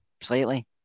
slightly